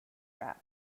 rap